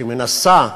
אני לא נוהג להפריע,